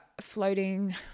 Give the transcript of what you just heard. floating